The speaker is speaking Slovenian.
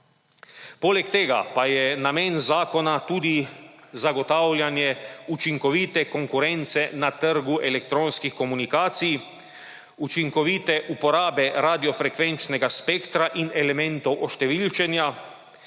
Poleg tega pa je namen zakona tudi zagotavljanje učinkovite konkurence na trgu elektronskih komunikacij, učinkovite uporabe radiofrekvenčnega spektra in elementov oštevilčenja,